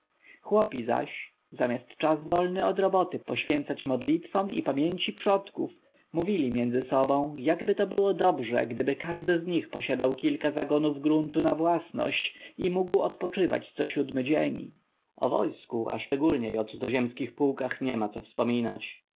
chłopi zaś zamiast czas wolny od roboty poświęcać modlitwom i pamięci przodków mówili między sobą jakby to było dobrze gdyby każdy z nich posiadał kilka zagonów gruntu na własność i mógł odpoczywać co siódmy dzień o wojsku a szczególniej o cudzoziemskich pułkach niema co wspominać